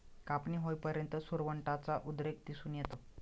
कापणी होईपर्यंत सुरवंटाचा उद्रेक दिसून येतो